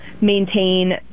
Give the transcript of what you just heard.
maintain